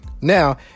Now